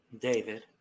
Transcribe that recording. David